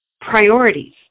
priorities